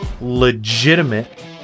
legitimate